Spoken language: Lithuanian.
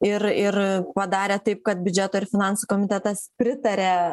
ir ir padarė taip kad biudžeto ir finansų komitetas pritarė